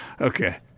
Okay